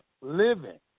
living